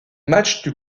matchs